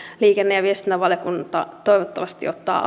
liikenne ja viestintävaliokunta toivottavasti ottaa